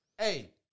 hey